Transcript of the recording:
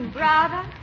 brother